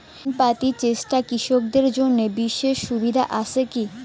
ঋণ পাতি চেষ্টা কৃষকদের জন্য বিশেষ সুবিধা আছি কি?